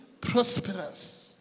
prosperous